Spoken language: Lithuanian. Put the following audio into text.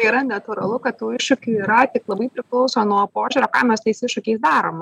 yra natūralu kad tų iššūkių yra tik labai priklauso nuo požiūrio ką mes su tais iššūkiais darom